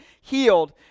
healed